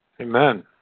Amen